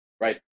right